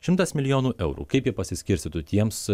šimtas milijonų eurų kaip jie pasiskirstytų tiems